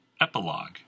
Epilogue